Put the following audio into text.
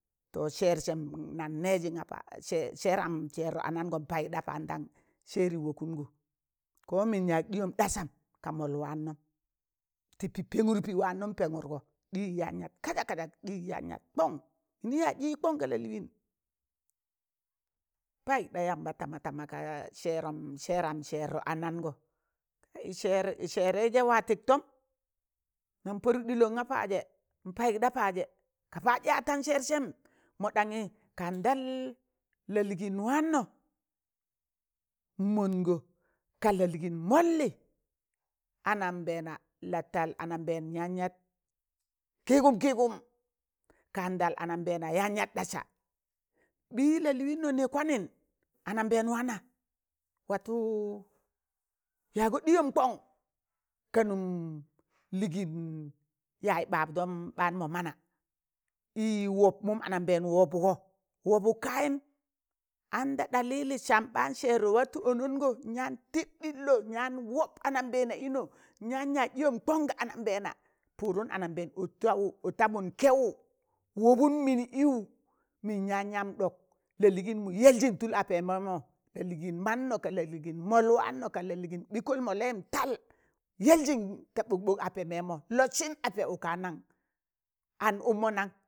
To sẹẹrsẹm nọn nẹẹzị nga paj sẹ sẹẹram sẹẹrọ anangọ n payuk ɗa pandan sẹẹrị wakụnọ ko mịn yag ɗịyọm ɗasam, ka mọl waanụm, tịbịị pẹngụr pịị waanụm pẹnụrgọ ɗịyị yaan yat kazat kazat, ɗịyị yan yat kọn, mịnị yaz ɗịyị kọn ga lalịịgịn, payuk ɗa yamba tamatama ka sẹẹram sẹẹrọ anọngọ sẹẹrẹịzẹ wa tịktọm nan padụk ɗịlọ na paazẹ n payịk ɗa paazẹ ka pas ɗa atan sẹẹrsẹm mọ ɗanyị kandal lalịịn waanọ, n mọndgọ ka lalịịn mọllị anambẹẹna la tal ananambẹẹnyaan yat kịịgụm kịịgụm, kaandal anambẹẹna yaan yat ɗasa, bị lalịịnnọ nẹ kwanịn, anam bẹẹn wana watụ yaagọ ɗịyọm kọn, kanụm lịịgịn yaị ɓab dọm ɓaan mọ mana ị wọb mụ ɓaan anambẹẹn wọbgọ wọbụk kayịm, an da ɗalilin sam ɓaan sẹẹrọ watụ ọngọ n yaan tị ɗịllọ, n yaan wọb anambẹẹna ịno, n yaan yas ɗịyọm kọn gaa anam bẹna pụụdụm anambẹẹna ọtawụ ọtawụn kẹwụ wọbụn mịnị ịwụ, mịn yaan yam ɗọk la lịịnmụ yẹlzịn tụl apẹ mẹmọ, lịịn mannọ ka lalịịn mọl waano, ka ɓịkọl mọllẹyịm tal, yẹlzịn ta ɓ̣ọk ɓọk apẹ mamọ lọsịn apẹ ụkan nan an ụkmọ nọn.